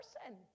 person